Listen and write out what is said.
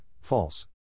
false